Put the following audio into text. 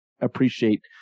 appreciate